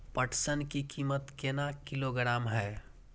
पटसन की कीमत केना किलोग्राम हय?